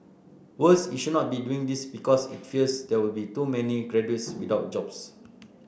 worse it should not be doing this because it fears there will be too many graduates without jobs